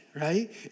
right